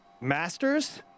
Masters